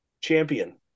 Champion